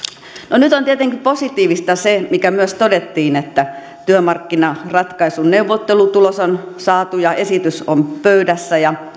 no nyt on tietenkin positiivista se mikä myös todettiin että työmarkkinaratkaisun neuvottelutulos on saatu ja esitys on pöydässä